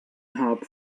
hub